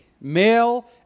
Male